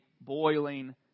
boiling